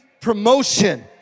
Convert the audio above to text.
promotion